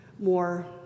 More